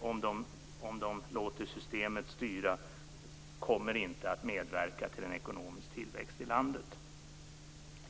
Om kommunerna låter systemet styra är ju detta negativa incitament och kommer inte att medverka till en ekonomisk tillväxt i landet.